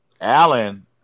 Allen